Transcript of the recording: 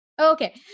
okay